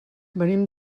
venim